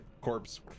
corpse